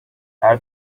her